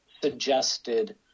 suggested